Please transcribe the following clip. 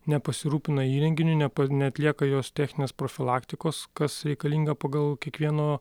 nepasirūpina įrenginiu nepa neatlieka jos techninės profilaktikos kas reikalinga pagal kiekvieno